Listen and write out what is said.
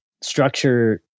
structure